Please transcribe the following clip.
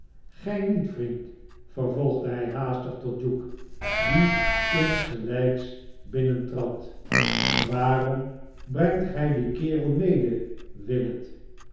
gij niet vriend i vervolgde hij haastig tot hugh die insgelijks binnentrad waarom brengt gij dien kerel mede willet